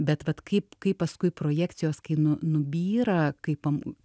bet vat kaip kaip paskui projekcijos kai nu nubyra kaip am